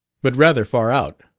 but rather far out.